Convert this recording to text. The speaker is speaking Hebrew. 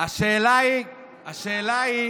השאלה היא